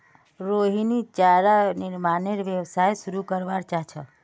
रोहिणी चारा निर्मानेर व्यवसाय शुरू करवा चाह छ